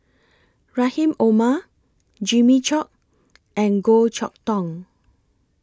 Rahim Omar Jimmy Chok and Goh Chok Tong